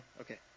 Okay